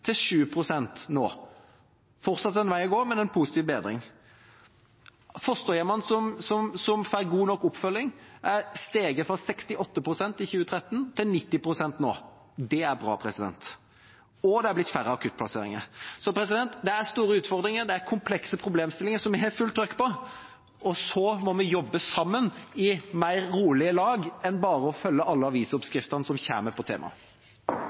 til 7 pst. nå – fortsatt en vei å gå, men en positiv bedring. Fosterhjemmene som får god nok oppfølging, er steget fra 68 pst. i 2013 til 90 pst. nå. Det er bra, og det er blitt færre akuttplasseringer. Så det er store utfordringer. Det er komplekse problemstillinger, som vi har fult trøkk på, og så må vi jobbe sammen i mer rolige lag enn bare å følge alle avisoppskriftene som kommer på temaet.